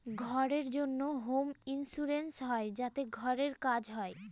ঘরের জন্য home insurance হয় যাতে ঘরের কাজ হয়